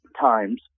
times